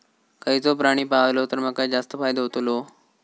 खयचो प्राणी पाळलो तर माका जास्त फायदो होतोलो?